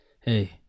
Hey